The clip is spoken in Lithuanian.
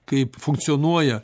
kaip funkcionuoja